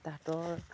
তাহঁতৰ